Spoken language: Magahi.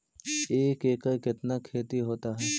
एक एकड़ कितना खेति होता है?